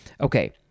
Okay